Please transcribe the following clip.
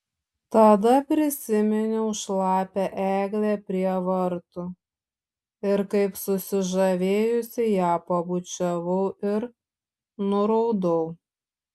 tada prisiminiau šlapią eglę prie vartų ir kaip susižavėjusi ją pabučiavau ir nuraudau